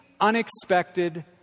unexpected